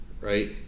right